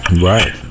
Right